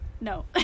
no